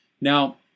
Now